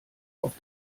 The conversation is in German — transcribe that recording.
auf